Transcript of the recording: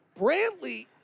Brantley